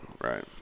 right